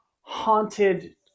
haunted